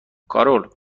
کارول